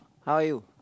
how are you